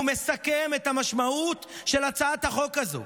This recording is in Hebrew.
והוא מסכם את המשמעות של הצעת החוק הזאת: